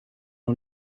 een